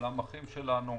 כולם אחים שלנו,